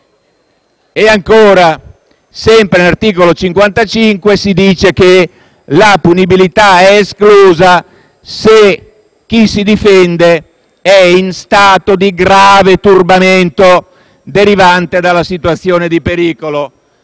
E ancora, sempre all'articolo 55 si dice che la punibilità è esclusa se chi si difende è in stato di grave turbamento derivante dalla situazione di pericolo.